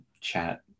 chat